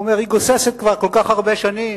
הוא אומר: היא גוססת כבר כל כך הרבה שנים,